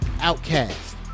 Outcast